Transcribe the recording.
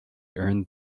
earned